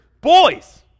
boys